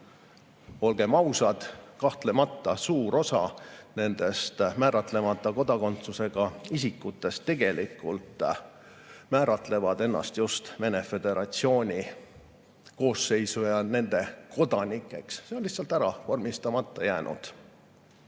olgem ausad, suur osa nendest määratlemata kodakondsusega isikutest tegelikult määratleb ennast just Venemaa Föderatsiooni koosseisu ja selle kodanikuks, see on lihtsalt vormistamata jäänud.